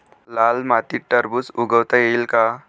लाल मातीत टरबूज उगवता येईल का?